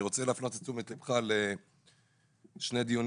אני רוצה להפנות את תשומת ליבך לשני דיונים